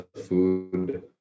food